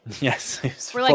Yes